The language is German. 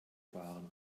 fahren